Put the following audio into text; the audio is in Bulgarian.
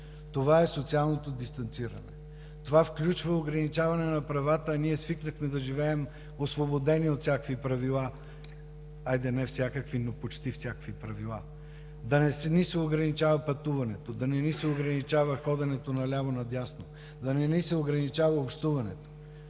е социалното дистанциране. Това включва ограничаване на правата, а ние свикнахме да живеем освободени от всякакви правила. Хайде не всякакви, но почти всякакви правила, да не ни се ограничава пътуването, да не ни се ограничава ходенето наляво надясно, да не ни се ограничава общуването.